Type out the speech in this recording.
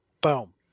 Boom